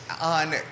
on